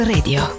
Radio